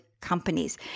companies